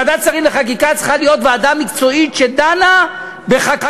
ועדת שרים לחקיקה צריכה להיות ועדה מקצועית שדנה בחקיקה,